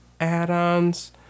add-ons